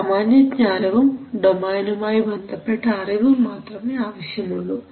സാമാന്യ ജ്ഞാനവും ഡൊമൈനുമായി ബന്ധപ്പെട്ട അറിവും മാത്രമേ ആവശ്യമുള്ളൂ